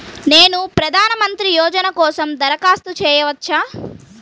నేను ప్రధాన మంత్రి యోజన కోసం దరఖాస్తు చేయవచ్చా?